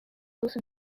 also